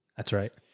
that's right.